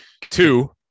Two